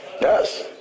Yes